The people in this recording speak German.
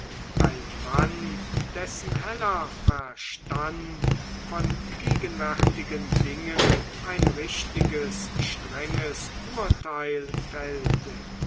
ein mann dessen heller verstand von gegenwärtigen dingen ein richtiges strenges urteil fällte